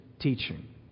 teaching